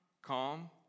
Calm